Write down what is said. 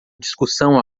discussão